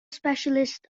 specialist